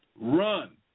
Run